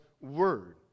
word